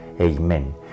Amen